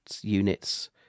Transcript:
units